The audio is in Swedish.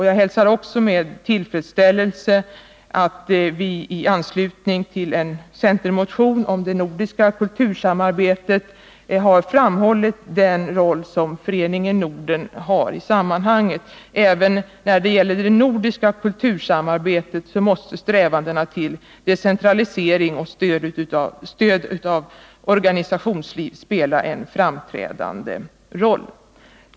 Jag hälsar också med tillfredsställelse att vi i anslutning till en centermotion om det nordiska kultursamarbetet har framhållit den roll som Föreningen Norden har i sammanhanget. Även i det nordiska kultursamarbetet måste strävandena till decentralisering och stöd av organisationsliv spela en framträdande roll.